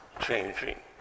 changing